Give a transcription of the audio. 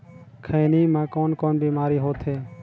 खैनी म कौन कौन बीमारी होथे?